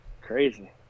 Crazy